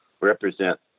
represent